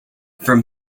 from